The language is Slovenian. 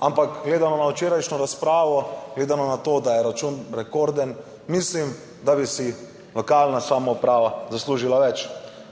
ampak gledano na včerajšnjo razpravo, gledano na to, da je račun rekorden, mislim, da bi si lokalna samouprava zaslužila več.